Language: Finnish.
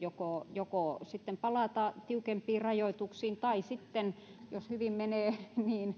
joko palata tiukempiin rajoituksiin tai sitten jos hyvin menee